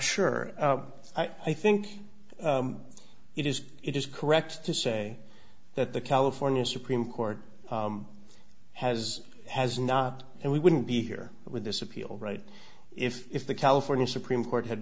sure i think it is it is correct to say that the california supreme court has has not and we wouldn't be here with this appeal right if if the california supreme court had